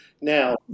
Now